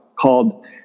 called